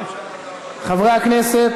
חברי הכנסת,